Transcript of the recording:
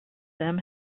them